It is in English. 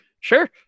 sure